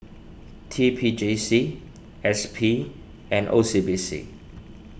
T P J C S P and O C B C